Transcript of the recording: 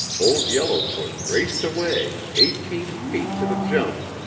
old yellowfoot raced away, eighteen feet to the jump,